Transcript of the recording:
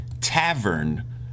Tavern